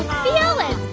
feel it